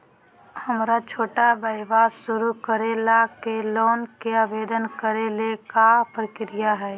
हमरा छोटा व्यवसाय शुरू करे ला के लोन के आवेदन करे ल का प्रक्रिया हई?